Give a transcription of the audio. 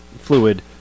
fluid